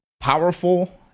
...powerful